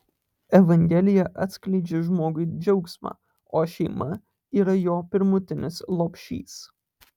evangelija atskleidžia žmogui džiaugsmą o šeima yra jo pirmutinis lopšys